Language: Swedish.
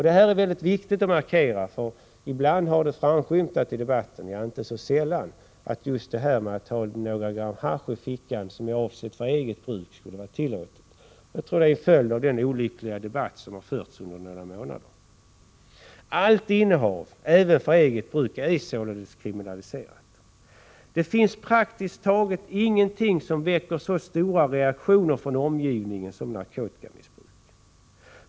Det är mycket viktigt att markera detta, för ibland har det skymtat i debatten — ja, inte så sällan — att just det här att ha några gram hasch i fickan, avsett för eget bruk, skulle vara tillåtet. Jag tror att det är en följd av den olyckliga debatt som har förts under några månader. Allt innehav, även för eget bruk, är således kriminaliserat. Det finns praktiskt taget ingenting som väcker så stora reaktioner från omgivningen som narkotikamissbruk.